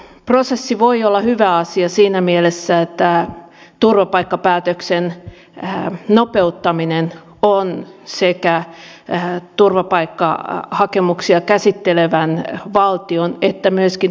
prosessi voi olla hyvä asia siinä mielessä että turvapaikkapäätöksen nopeuttaminen on sekä turvapaikkahakemuksia käsittelevän valtion että turvapaikanhakijan etu